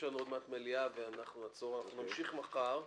ונמשיך מחר.